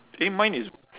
eh mine is